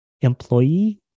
employee